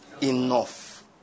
enough